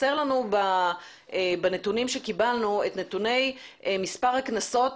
חסר לנו בנתונים שקיבלנו את מספר הקנסות